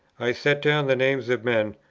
i set down the names of men,